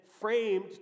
framed